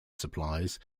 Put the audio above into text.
supplies